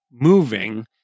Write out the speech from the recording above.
moving